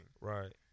Right